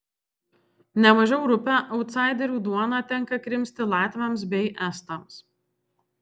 ne mažiau rupią autsaiderių duoną tenka krimsti latviams bei estams